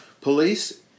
Police